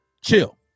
chill